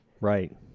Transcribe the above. Right